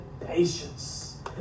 patience